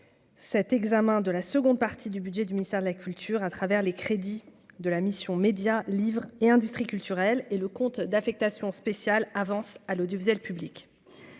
cet examen de la seconde partie du budget du ministère de la culture à travers les crédits de la mission Médias livre et industries culturelles et le compte d'affectation spéciale avances à l'audiovisuel public